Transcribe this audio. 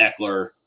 Eckler